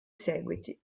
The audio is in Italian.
seguiti